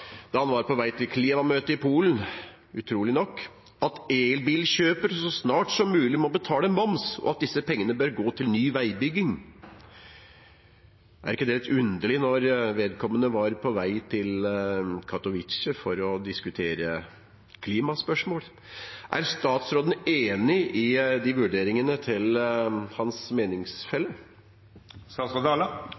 da han var på vei til klimamøtet i Polen, utrolig nok – at elbilkjøpere så snart som mulig må betale moms, og at disse pengene bør gå til ny veibygging. Er ikke det litt underlig når vedkommende var på vei til Katowice for å diskutere klimaspørsmål? Er statsråden enig i vurderingene til